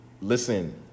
Listen